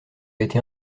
été